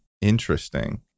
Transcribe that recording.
Interesting